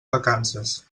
vacances